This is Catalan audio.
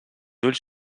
ulls